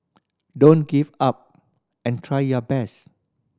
don't give up and try your best